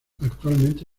actualmente